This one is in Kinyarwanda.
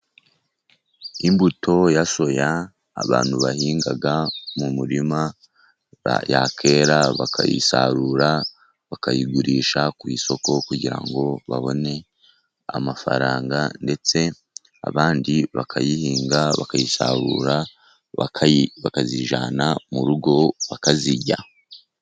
Imbuto ya soya abantu bahinga mu murima yakwera bakayisarura, bakayigurisha ku isoko, kugira ngo babone amafaranga, ndetse abandi bakayihinga bakayisarura, bakayijyana mu rugo bakayirya.